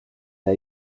der